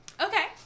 Okay